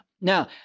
Now